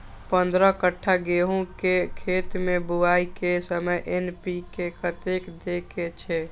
पंद्रह कट्ठा गेहूं के खेत मे बुआई के समय एन.पी.के कतेक दे के छे?